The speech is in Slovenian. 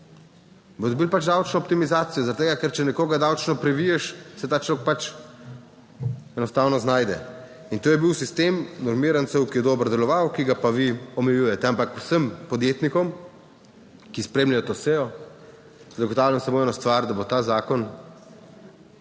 Bodo dobili pač davčno optimizacijo, zaradi tega, ker če nekoga davčno priviješ, se ta človek pač enostavno znajde. In to je bil sistem normirancev, ki je dobro deloval, ki ga pa vi omejujete. Ampak vsem podjetnikom, ki spremljajo to sejo, zagotavljam samo eno stvar: da bo ta zakon